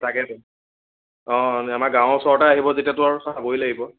তাকেটো অ' আমাৰ গাঁৱৰ ওচৰতে আহিব যেতিয়াটো আৰু চাবই লাগিব